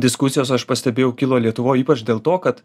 diskusijos aš pastebėjau kilo lietuvoj ypač dėl to kad